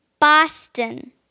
Boston